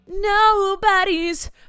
Nobody's